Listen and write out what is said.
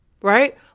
right